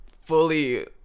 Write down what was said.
fully